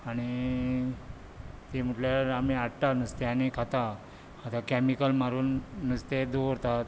आनी तें म्हटल्यार आमी हाडटा नुस्तें आनी खाता आतां कॅमिकल्स मारून नुस्तें दवरतात